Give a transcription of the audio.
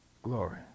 Glory